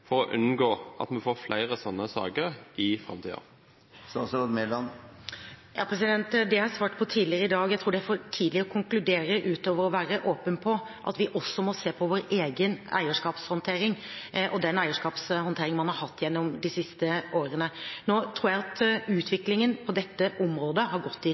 for å unngå at vi får flere slike saker i framtiden? Det har jeg svart på tidligere i dag – jeg tror det er for tidlig å konkludere, utover å være åpen på at vi også må se på vår egen eierskapshåndtering og den eierskapshåndtering man har hatt gjennom de siste årene. Nå tror jeg at utviklingen på dette området har gått